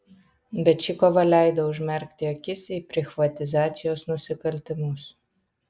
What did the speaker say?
bet ši kova leido užmerkti akis į prichvatizacijos nusikaltimus